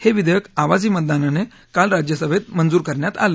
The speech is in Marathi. हे विधेयक आवाजी मतदानाने काल राज्यसभेत मंजूर करण्यात आलं